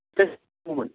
मामोन